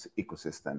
ecosystem